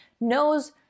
knows